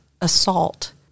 assault